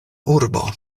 urbo